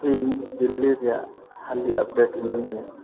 ᱤᱧ ᱫᱤᱞᱞᱤ ᱨᱮᱭᱟᱜ ᱦᱟᱹᱞᱤ ᱟᱯᱰᱮᱴ ᱮᱢᱟᱹᱧ ᱢᱮ